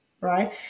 right